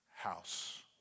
house